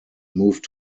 moved